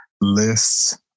lists